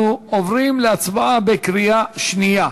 אנחנו עוברים להצבעה בקריאה שנייה.